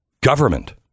Government